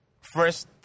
first